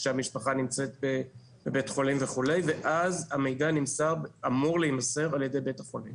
המשפחה נמצאת בבית חולים וכו' ואז המידע אמור להימסר על ידי בית החולים.